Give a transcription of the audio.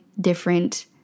different